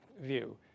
view